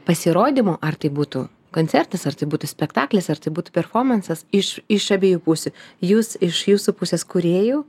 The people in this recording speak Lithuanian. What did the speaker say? pasirodymo ar tai būtų koncertas ar tai būtų spektaklis ar tai būtų performansas iš iš abiejų pusių jūs iš jūsų pusės kūrėjų